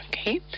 Okay